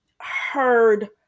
heard